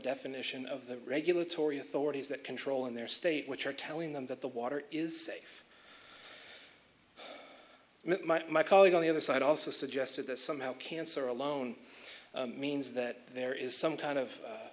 definition of the regulatory authorities that control in their state which are telling them that the water is safe and it might my colleague on the other side also suggested that somehow cancer alone means that there is some kind of u